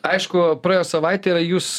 aišku praėjo savaitė ir jūs